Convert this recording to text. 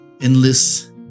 endless